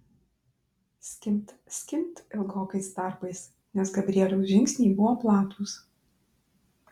skimbt skimbt ilgokais tarpais nes gabrieliaus žingsniai buvo platūs